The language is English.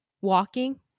walking